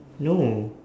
no